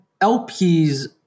LPs